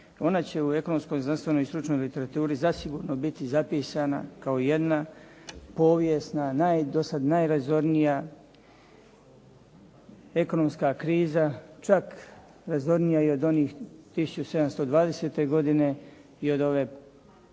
ona će u ekonomskoj, znanstvenoj i stručnoj literaturi zasigurno biti zapisana kao i jedna povijesna, naj, dosad najrazornija ekonomska kriza čak razornija i od onih 1720.-te godine i od ove posljednje